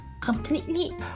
completely